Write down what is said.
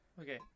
Okay